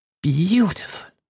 Beautiful